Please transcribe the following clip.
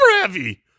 heavy